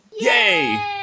Yay